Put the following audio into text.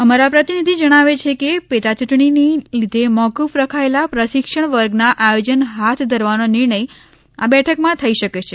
અમારા પ્રતિનિધિ જણાવે છે કે પેટા ચૂંટણીને લીધે મોકૂફ રખાયેલા પ્રશિક્ષણ વર્ગનું આયોજન હાથ ધારવાનો નિર્ણય આ બેઠકમાં થઈ શકે છે